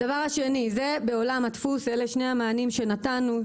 אלה שני המענים שנתנו לעולם הדפוס,